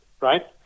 Right